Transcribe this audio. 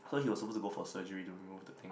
so he was supposed to go for surgery to remove the thing